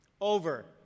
over